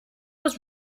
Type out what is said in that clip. was